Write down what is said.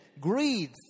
greed